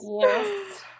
Yes